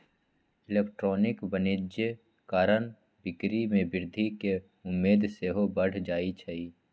electronic वाणिज्य कारण बिक्री में वृद्धि केँ उम्मेद सेहो बढ़ जाइ छइ